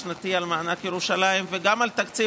על מענק ירושלים וגם על התקציב.